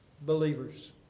believers